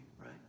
right